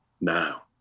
now